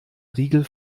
riegel